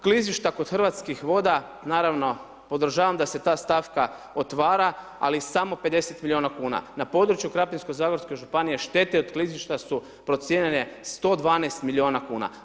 Klizišta kod Hrvatskih voda, naravno, podržavam da se ta stavaka otvara ali samo 50 milijuna kn, na području Krapinsko zagorske županije, štete od klizišta su procijenjene 112 milijuna kn.